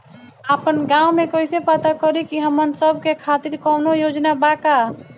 आपन गाँव म कइसे पता करि की हमन सब के खातिर कौनो योजना बा का?